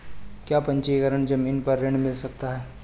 क्या पंजीकरण ज़मीन पर ऋण मिल सकता है?